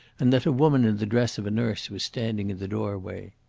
and that a woman in the dress of a nurse was standing in the doorway.